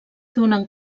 donen